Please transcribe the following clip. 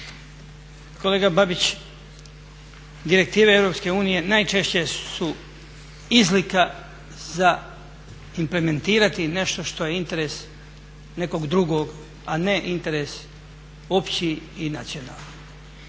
Kolega Babić, direktive EU najčešće su izlika za implementirati nešto što je interes nekog drugog, a ne interes opći i nacionalni.